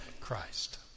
Christ